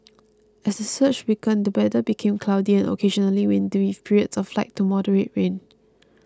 as the surge weakened the weather became cloudy and occasionally windy with periods of light to moderate rain